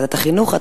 החינוך.